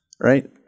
right